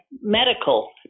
medical